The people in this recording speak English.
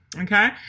okay